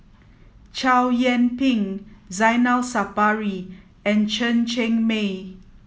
Chow Yian Ping Zainal Sapari and Chen Cheng Mei